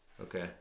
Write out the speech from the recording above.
Okay